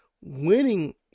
winning